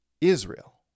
Israel